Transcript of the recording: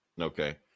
Okay